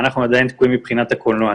אנחנו עדיין תקועים מבחינת הקולנוע.